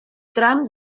tram